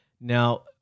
Now